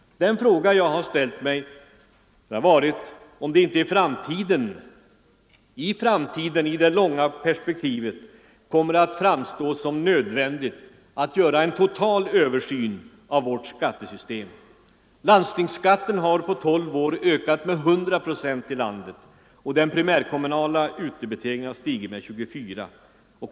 Den fråga jag har ställt mig är om det inte i framtiden kommer att framstå som nödvändigt att göra en total översyn av vårt skattesystem. Landstingsskatten har på tolv år ökat med 100 procent i landet, och den primärkommunala utdebiteringen har stigit med 34 procent.